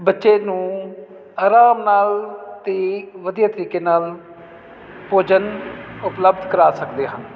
ਬੱਚੇ ਨੂੰ ਆਰਾਮ ਨਾਲ ਅਤੇ ਵਧੀਆ ਤਰੀਕੇ ਨਾਲ ਭੋਜਨ ਉਪਲਬਧ ਕਰਾ ਸਕਦੇ ਹਨ